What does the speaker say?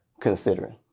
considering